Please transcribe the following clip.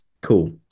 cool